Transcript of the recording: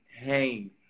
hey